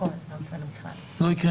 לא הקרנו בכלל?